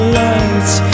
lights